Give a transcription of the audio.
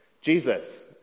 Jesus